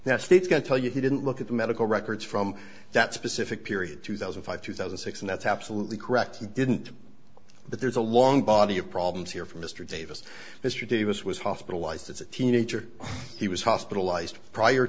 that state's going to tell you he didn't look at the medical records from that specific period two thousand five thousand six and that's absolutely correct he didn't but there's a long body of problems here for mr davis mr davis was hospitalized as a teenager he was hospitalized prior